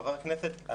חבר הכנסת,